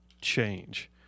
change